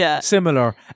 similar